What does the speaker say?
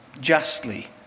justly